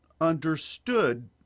understood